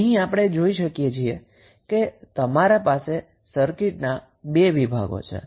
અહી આપણે જોઈ શકીએ છીએ કે તમારી પાસે સર્કિટના 2 વિભાગો છે